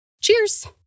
cheers